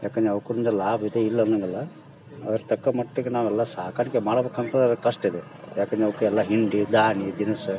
ಯಾಕಂದ್ರೆ ಅವ್ಕೊಂದು ಲಾಭ ಇದೆ ಇಲ್ಲ ಅನ್ನಂಗಿಲ್ಲ ಅದ್ರ ತಕ್ಕಮಟ್ಟಿಗೆ ನಾವೆಲ್ಲ ಸಾಕಾಣಿಕೆ ಮಾಡ್ಬೇಕ್ ಅಂತಂದ್ರೆ ಅದು ಕಷ್ಟ ಇದೆ ಏಕಂದ್ರೆ ಅವಕ್ಕೆಲ್ಲ ಹಿಂಡಿ ದಾನಿ ದಿನಸಿ